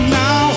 now